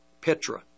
petra